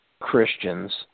Christians